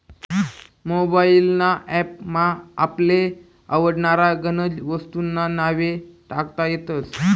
mobile ना app मा आपले आवडनारा गनज वस्तूंस्ना नावे टाकता येतस